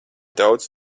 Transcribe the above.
daudz